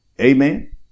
Amen